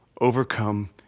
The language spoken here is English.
overcome